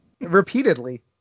Repeatedly